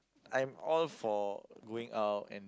I'm all for going out and